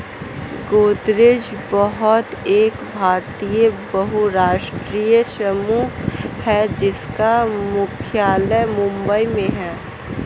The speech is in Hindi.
गोदरेज समूह एक भारतीय बहुराष्ट्रीय समूह है जिसका मुख्यालय मुंबई में है